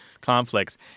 conflicts